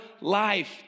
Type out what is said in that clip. life